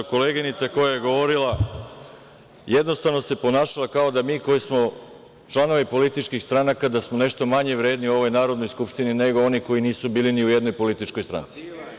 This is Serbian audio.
Koleginica koja je govorila jednostavno se ponašala kao da smo mi koji smo članovi političkih stranaka nešto manje vredni u ovoj Narodnoj skupštini, nego oni koji nisu bili ni u jednom političkoj stranci.